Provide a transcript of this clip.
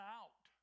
out